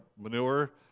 manure